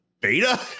beta